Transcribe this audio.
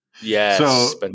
Yes